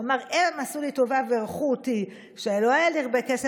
הוא אמר: הם עשו לי טובה ואירחו אותי כשלא היה לי הרבה כסף,